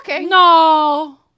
No